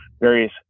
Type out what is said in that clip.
various